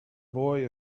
boy